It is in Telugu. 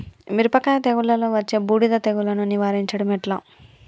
మిరపకాయ తెగుళ్లలో వచ్చే బూడిది తెగుళ్లను నివారించడం ఎట్లా?